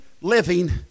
living